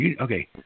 Okay